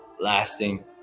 lasting